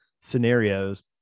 scenarios